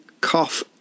cough